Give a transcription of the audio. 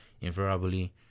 invariably